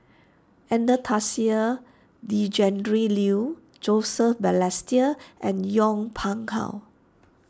Anastasia Tjendri Liew Joseph Balestier and Yong Pung How